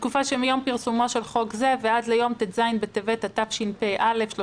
בתקופה שמיום פרסומו של חוק זה ועד ליום ט"ז בטבת התשפ"א (31